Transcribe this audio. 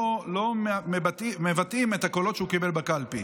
לא מבטאים את הקולות שהוא קיבל בקלפי.